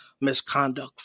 misconduct